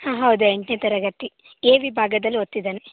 ಹಾಂ ಹೌದು ಎಂಟನೇ ತರಗತಿ ಎ ವಿಭಾಗದಲ್ಲಿ ಓದ್ತಿದ್ದಾನೆ